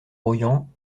royans